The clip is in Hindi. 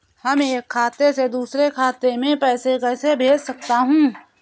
हम एक खाते से दूसरे खाते में पैसे कैसे भेज सकते हैं?